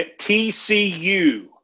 TCU